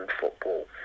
football